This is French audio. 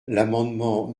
l’amendement